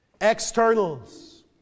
Externals